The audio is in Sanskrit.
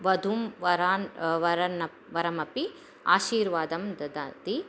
वधूं वरान् वरं वरमपि आशीर्वादं ददाति